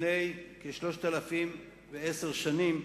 לפני כ-3,010 שנים,